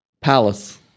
Palace